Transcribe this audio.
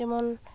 ᱡᱮᱢᱚᱱ